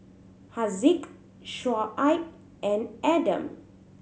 Haziq Shoaib and Adam